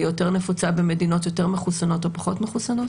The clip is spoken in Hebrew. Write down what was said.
היא יותר נפוצה במדינות יותר מחוסנות או פחות מחוסנות?